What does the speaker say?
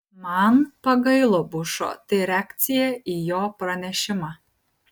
man pagailo bušo tai reakcija į jo pranešimą